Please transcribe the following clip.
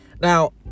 Now